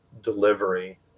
delivery